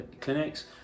clinics